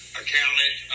accountant